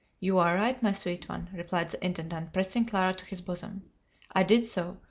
you are right, my sweet one, replied the intendant, pressing clara to his bosom i did so,